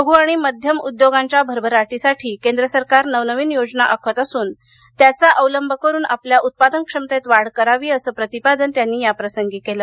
लघू आणि मध्यम उद्योगांच्या भरभराटीसाठी केंद्र सरकार नवनवीन योजना आखत असून त्याचा अवलंब करून आपल्या उत्पादन क्षमतेत वाढ करावी असं प्रतिपादन त्यांनी याप्रसंगी केलं